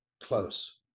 close